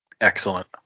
Excellent